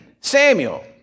Samuel